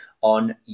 on